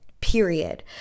Period